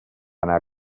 anar